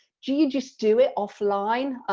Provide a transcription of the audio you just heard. do you just do it offline,